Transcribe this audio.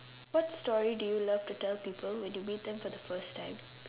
what story do you love to tell people when you meet them for the first time